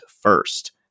first